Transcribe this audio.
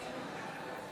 אני.